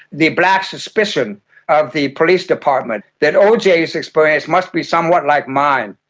the black suspicion of the police department, that oj's experience must be somewhat like mine,